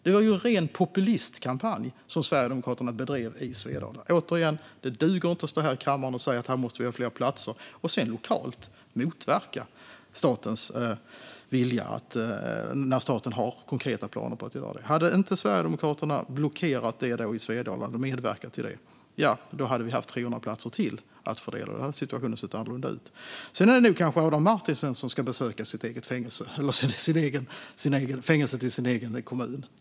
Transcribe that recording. Det var en ren populistkampanj som Sverigedemokraterna bedrev i Svedala. Återigen - det duger inte att stå här i kammaren och säga att vi måste ha fler platser och sedan lokalt motverka statens konkreta planer på detta. Hade inte Sverigedemokraterna medverkat till att blockera detta i Svedala hade vi haft 300 platser till att fördela. Då hade situationen sett annorlunda ut. Det kanske är Adam Marttinen som ska besöka fängelset i sin egen kommun.